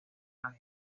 las